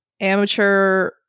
amateur